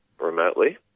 remotely